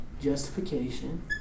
justification